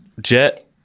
Jet